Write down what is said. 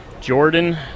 Jordan